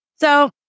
So-